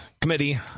committee